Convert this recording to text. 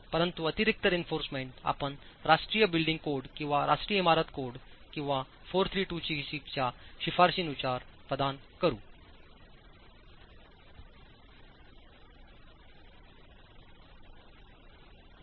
परंतु अतिरिक्त reinforcement आपण राष्ट्रीय बिल्डिंग कोड किंवा राष्ट्रीय इमारत कोड किंवा 4326 च्या शिफारशींनुसार प्रदान कराल